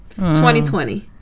2020